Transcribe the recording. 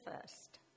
first